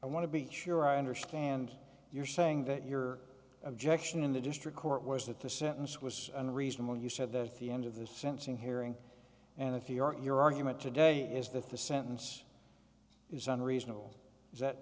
i want to be sure i understand you're saying that your objection in the district court was that the sentence was unreasonable you said that's the end of the sensing hearing and if your your argument today is that the sentence is unreasonable is that